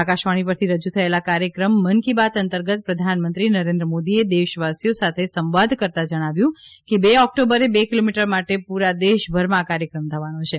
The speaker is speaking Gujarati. આકાશવાણી પરથી રજૂ થયેલા કાર્યક્રમ મન કી બાત અંતર્ગત પ્રધાનમંત્રી નરેન્દ્ર મોદીએ દેશવાસીઓ સાથે સંવાદ કરતાં જણાવ્યું કે બે આર્ટક્ટોબરે બે કિલોમીટર માટે પૂરા દેશભરમાં આ કાર્યક્રમ થવાનો છે